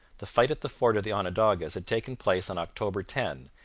the fight at the fort of the onondagas had taken place on october ten,